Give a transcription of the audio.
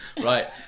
right